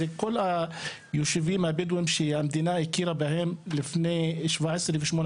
זה כל היישובים הבדואים שהמדינה הכירה בהם לפני 17 ו-18